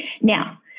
Now